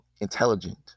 intelligent